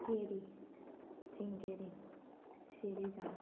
केरी सिंकेरीम श्रिरीदा